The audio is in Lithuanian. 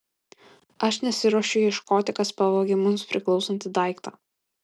aš nesiruošiu ieškoti kas pavogė mums priklausantį daiktą